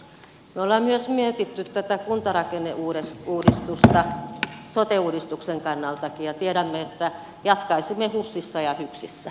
me olemme myös miettineet tätä kuntarakenneuudistusta sote uudistuksen kannaltakin ja tiedämme että jatkaisimme husissa ja hyksissä niin kuin aiemminkin